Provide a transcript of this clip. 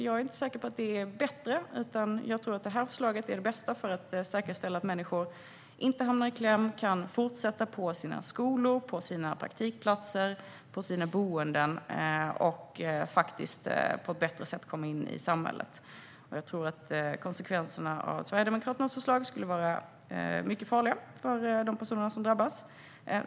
Jag är inte säker på att det är bättre, utan jag tror att regeringens förslag är det bästa för att säkerställa att människor inte hamnar i kläm, att de kan fortsätta på sina skolor, på sina praktikplatser och på sina boenden och att de på ett bättre sätt kan komma in i samhället. Jag tror att konsekvenserna av Sverigedemokraternas förslag skulle vara farliga för de personer som drabbas.